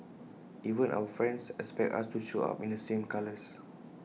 even our friends expect us to show up in the same colours